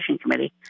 committee